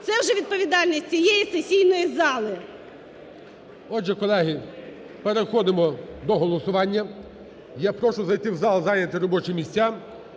це вже відповідальність цієї сесійної зали. ГОЛОВУЮЧИЙ. Отже, колеги, переходимо до голосування. Я прошу зайти в зал, зайняти робочі місця.